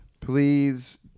please